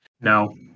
No